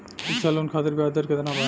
शिक्षा लोन खातिर ब्याज दर केतना बा?